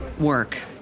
work